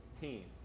team